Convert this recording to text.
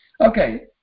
Okay